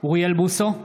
אוריאל בוסו,